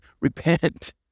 Repent